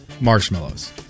marshmallows